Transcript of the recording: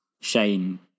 Shane